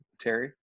Terry